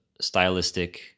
stylistic